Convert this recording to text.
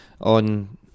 on